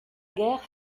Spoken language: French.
guerre